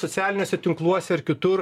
socialiniuose tinkluose ar kitur